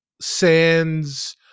Sands